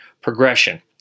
Progression